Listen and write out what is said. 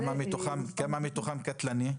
כמה מתוכן קטלניות?